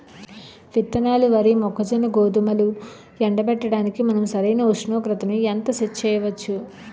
విత్తనాలు వరి, మొక్కజొన్న, గోధుమలు ఎండబెట్టడానికి మనం సరైన ఉష్ణోగ్రతను ఎంత సెట్ చేయవచ్చు?